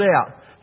out